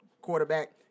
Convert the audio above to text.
quarterback